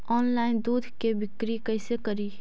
Online दुध के बिक्री कैसे करि?